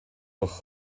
ucht